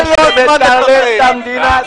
זה לא הזמן לטרלל את המדינה.